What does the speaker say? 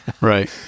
right